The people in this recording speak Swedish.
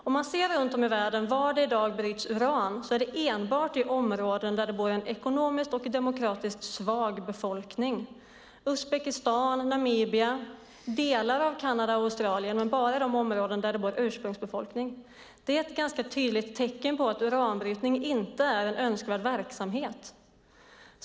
Vi kan se var det bryts uran runt om i världen. Det är enbart i områden där det bor en ekonomiskt och demokratiskt svag befolkning, Uzbekistan, Namibia och delar av Kanada och Australien, men bara i de områden där det bor ursprungsbefolkning. Det är ett ganska tydligt tecken på att uranbrytning inte är en önskvärd verksamhet.